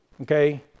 Okay